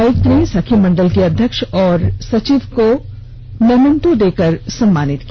उपायुक्त ने सखी मंडल की अध्यक्ष और सचिव को मोमेंटो देकर सम्मानित किया